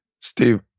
steve